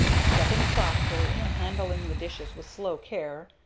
stepping softly, and handling the dishes with slow care,